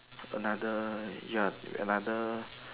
another ya another